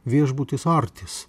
viešbutis artis